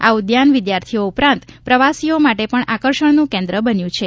આ ઉદ્યાન વિદ્યાર્થીઓ ઉપરાંત પ્રવાસીઓ માટે આકર્ષણનું કેન્દ્ર બન્યું છે